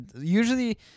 usually